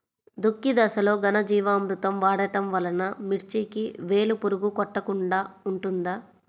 దుక్కి దశలో ఘనజీవామృతం వాడటం వలన మిర్చికి వేలు పురుగు కొట్టకుండా ఉంటుంది?